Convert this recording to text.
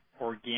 organic